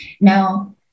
now